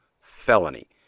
felony